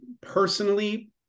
Personally